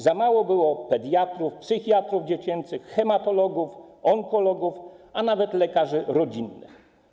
Za mało było pediatrów, psychiatrów dziecięcych, hematologów, onkologów, a nawet lekarzy rodzinnych.